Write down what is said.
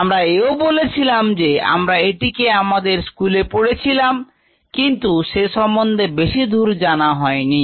আমরা এও বলেছিলাম যে আমরা এটিকে আমাদের স্কুলে পড়েছিলাম কিন্তু সে সম্বন্ধে বেশি দূর জানা হয়নি